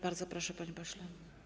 Bardzo proszę, panie pośle.